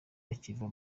bakiva